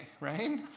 right